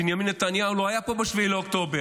בנימין נתניהו לא היה פה ב-7 באוקטובר,